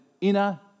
inner